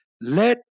Let